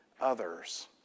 others